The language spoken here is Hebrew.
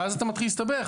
ואז אתה מתחיל להסתבך.